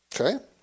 okay